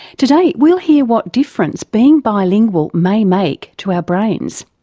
today we'll hear what difference being bilingual may make to our brains.